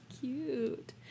cute